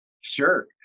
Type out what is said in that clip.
Sure